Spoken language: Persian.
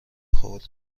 خوردی